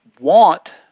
want